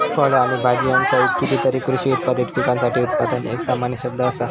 फळ आणि भाजीयांसहित कितीतरी कृषी उत्पादित पिकांसाठी उत्पादन एक सामान्य शब्द असा